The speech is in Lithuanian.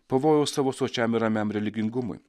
pavojaus savo sočiam ir ramiam religingumui